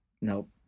Nope